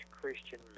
Christian